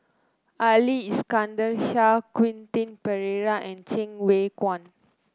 Ali Iskandar Shah Quentin Pereira and Cheng Wai Keung